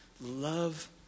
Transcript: love